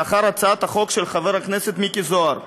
לאחר הצעת החוק של חבר הכנסת מיקי זוהר.